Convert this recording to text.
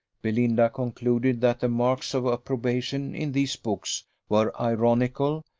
belinda concluded that the marks of approbation in these books were ironical,